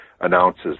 announces